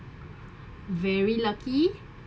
very lucky